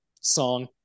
song